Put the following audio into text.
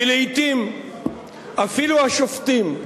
כי לעתים אפילו השופטים,